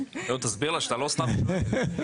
תסביר לה שאתה לא סתם שואל.